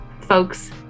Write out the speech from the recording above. folks